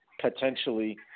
potentially